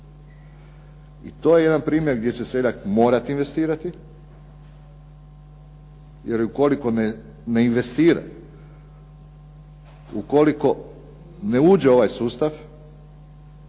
I to je jedan primjer gdje će seljak morati investirati, jer ukoliko ne investira, ukoliko ne uđe u ovaj sustav